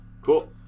Cool